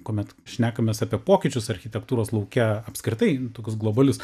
kuomet šnekamės apie pokyčius architektūros lauke apskritai tokius globalius